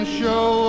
show